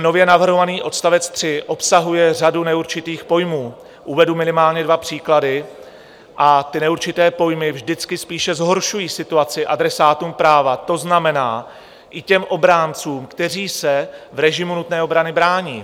Nově navrhovaný odstavec 3 obsahuje řadu neurčitých pojmů uvedu minimálně dva příklady a ty neurčité pojmy vždycky spíše zhoršují situaci adresátům práva, to znamená i těm obráncům, kteří se v režimu nutné obrany brání.